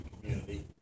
community